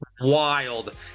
wild